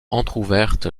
entrouverte